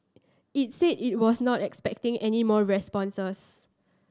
it said it was not expecting any more responses